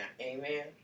Amen